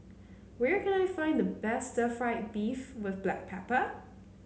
where can I find the best Stir Fried Beef with Black Pepper